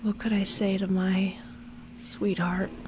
could i say to my sweetheart?